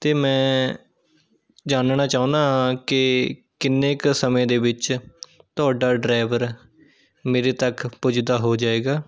ਅਤੇ ਮੈਂ ਜਾਣਨਾ ਚਾਹੁੰਦਾ ਹਾਂ ਕਿ ਕਿੰਨੇ ਕੁ ਸਮੇਂ ਦੇ ਵਿੱਚ ਤੁਹਾਡਾ ਡਰਾਈਵਰ ਮੇਰੇ ਤੱਕ ਪੁੱਜਦਾ ਹੋ ਜਾਏਗਾ